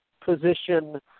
position